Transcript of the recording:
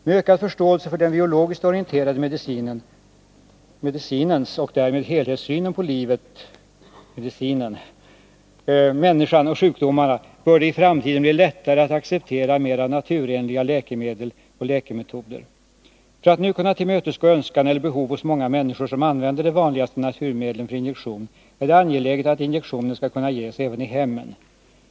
Med ökad förståelse för den biologiskt orienterade medicinen och därmed helhetssynen på livet, människan och sjukdomarna bör det i framtiden bli lättare att acceptera mer naturenliga läkemedel och läkemetoder. För att man nu skall kunna tillmötesgå önskemål eller behov hos många människor som använder de vanligaste naturmedlen för injektion är det angeläget att injektion kan ges även i hemmen.